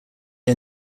are